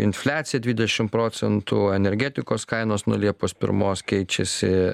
infliacija dvidešim procentų energetikos kainos nuo liepos pirmos keičiasi